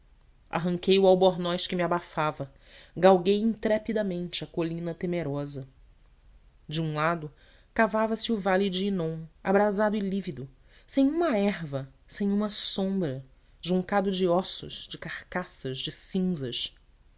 arranquei o albornoz que me abafava galguei intrepidamente a colina temerosa de um lado cavava se o vale de hinom abrasado e lívido sem uma erva sem uma sombra juncado de ossos de carcaças de cinzas